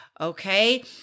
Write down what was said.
okay